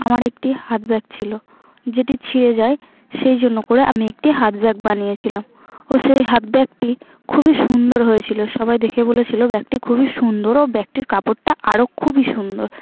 আমার একটি হাত ব্যাগ ছিল যেটি ছিঁড়ে যায় সেই জন্য করে আমি একটি হাত ব্যাগ বানিয়েছিলাম ও সেই হাত ব্যাগটি খুবই সুন্দর হয়েছিল সবাই দেখে বলেছিল ব্যাগটি খুবই সুন্দর ও ব্যাগটির কাপড়টা আরও খুবই সুন্দর